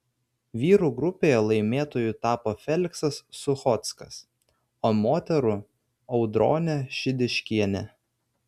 vyrų grupėje laimėtoju tapo feliksas suchockas o moterų audronė šidiškienė